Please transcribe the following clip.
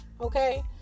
okay